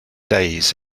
days